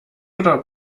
oder